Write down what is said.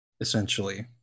essentially